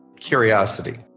Curiosity